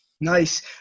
Nice